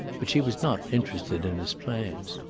but she was not interested in his plans.